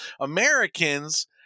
Americans